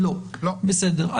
בסדר.